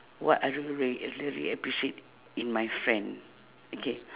what I really really really appreciate in my friend okay